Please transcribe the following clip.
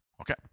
Okay